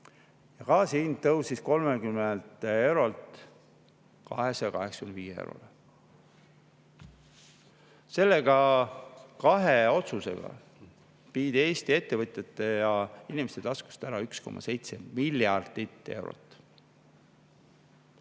Gaasi hind tõusis 30 eurolt 285 eurole. Seega, kahe otsusega viidi Eesti ettevõtjate ja inimeste taskust ära 1,7 miljardit eurot.